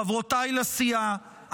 חברותיי לסיעה,